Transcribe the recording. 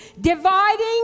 dividing